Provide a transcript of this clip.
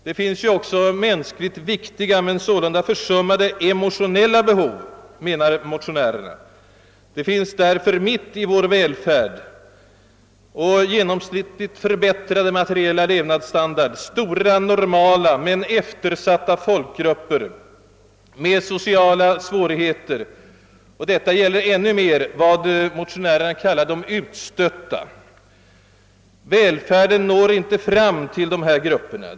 Det finns ju också mänskligt viktiga men försummade emotionella behov, menar motionärerna. Därför har vi mitt i vår välfärd och vår genomsnittligt förbättrade materiella levnadsstandard stora »normala» men eftersatta folkgrupper med sociala svårigheter. Och detta gäller ännu mera om vad motionärerna kallar de utstötta. Välfärden når inte fram till dessa grupper.